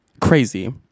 crazy